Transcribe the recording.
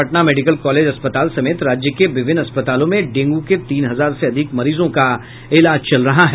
Patna medical college अस्पताल समेत राज्य के विभिन्न अस्पतालों में डेंगू के तीन हजार से अधिक मरीजों का इलाज चल रहा है